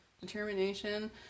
determination